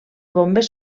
bombes